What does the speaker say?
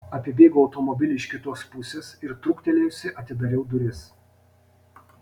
apibėgau automobilį iš kitos pusės ir trūktelėjusi atidariau duris